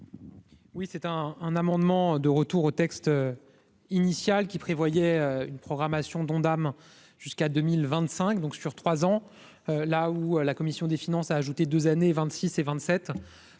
Oui, c'est un un amendement de retour au texte initial, qui prévoyait une programmation dont dame jusqu'à 2025 donc sur 3 ans, là où la commission des finances, a ajouté 2 années, 26 et 27